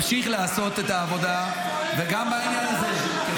הוא ממשיך לעשות את העבודה גם בעניין הזה.